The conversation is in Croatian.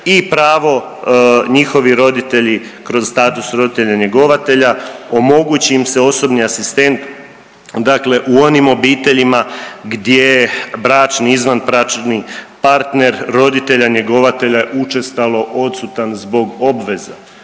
i pravo njihovi roditelji kroz status roditelja njegovatelja omogući im se osobni asistent dakle u onim obiteljima gdje je bračni i izvanbračni partner roditelja njegovatelja učestalo odsutan zbog obveza,